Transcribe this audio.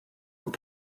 ook